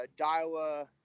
Daiwa